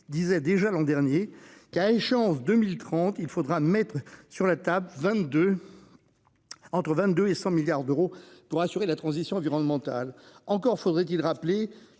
disait déjà l'an dernier. Quelle chance 2030 il faudra mettre sur la table 22. Entre 22 et 100 milliards d'euros. Pour assurer la transition environnementale. Encore faudrait-il rappeler